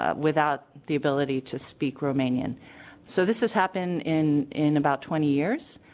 ah without the ability to speak rumanian so this is happenin in in about twenty years